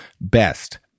best